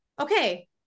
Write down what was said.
okay